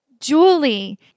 Julie